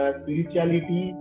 spirituality